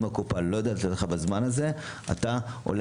אם הקופה לא יודעת לתת לך בזמן הזה אתה הולך